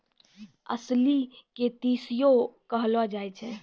अलसी के तीसियो कहलो जाय छै